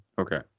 okay